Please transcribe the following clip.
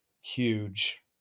huge